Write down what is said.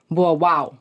buvo vau